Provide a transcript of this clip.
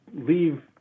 leave